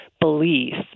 beliefs